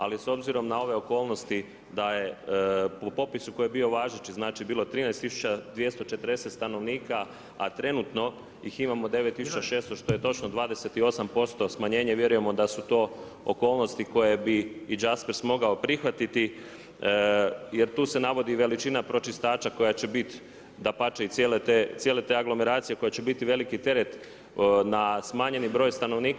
Ali, s obzirom na ove okolnosti, da je u popisu koji je bio važeći, znači bilo 13240 stanovnika, a trenutno ih imamo 9600, što je točno, 28% smanjenje, vjerujemo da su to okolnosti koje bi i … mogao prihvatiti, jer tu se navodi veličini pročistača koja će biti dapače i cijele te aglomeracije koje će bit veliki teret na smanjenja broj stanovnika.